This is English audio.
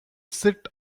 sit